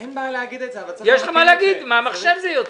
אין בעיה להגיד את זה אבל צריך להגיד -- מהמחשב זה יוצא.